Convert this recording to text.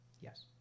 Yes